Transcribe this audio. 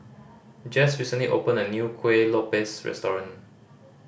Jess recently opened a new Kueh Lopes restaurant